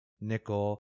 nickel